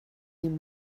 him